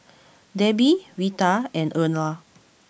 Debbie Veta and Erla